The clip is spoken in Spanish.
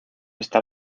estar